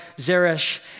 Zeresh